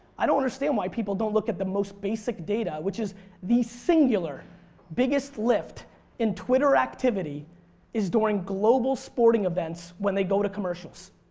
i don't understand why people don't look at the most basic data which is the singular biggest lift in twitter activity is during global sporting events when they go to commercials.